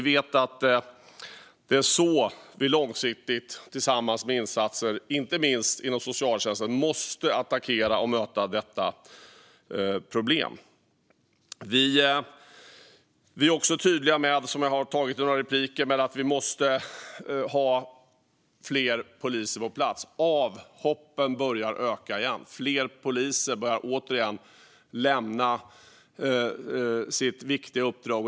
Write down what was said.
Det är så vi långsiktigt, tillsammans med insatser inom inte minst socialtjänsten, måste attackera och möta detta problem. Vi är också tydliga med, vilket jag har nämnt i några repliker, att det måste finnas fler poliser på plats. Avhoppen börjar öka igen. Fler poliser börjar återigen lämna sitt viktiga uppdrag.